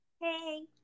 Hey